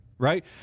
Right